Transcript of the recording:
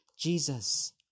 Jesus